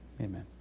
amen